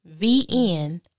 VN